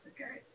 Okay